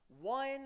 one